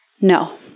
No